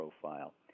profile